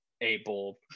able